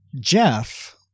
Jeff